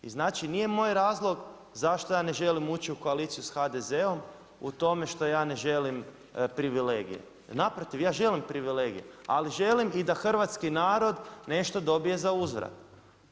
I znači nije moj razlog zašto ja ne želim u koaliciju sa HDZ-om u tome što ja ne želim privilegije, naprotiv, ja želim privilegije, ali želim i da hrvatski narod nešto dobije za uzvrat.